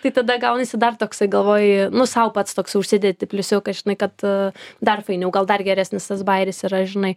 tai tada gaunasi dar toksai galvoji nu sau pats toks užsidedi pliusiuką žinai kad dar fainiau gal dar geresnis tas bajeris yra žinai